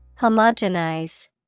Homogenize